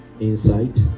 Insight